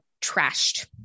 trashed